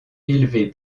élevé